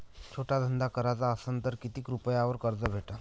छोटा धंदा कराचा असन तर किती रुप्यावर कर्ज भेटन?